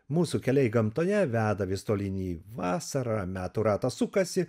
mūsų keliai gamtoje veda vis tolyn į vasarą metų ratas sukasi